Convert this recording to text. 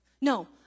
No